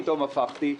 פתאום הפכתי,